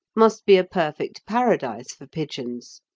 must be a perfect paradise for pigeons,